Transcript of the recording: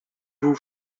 vous